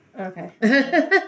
Okay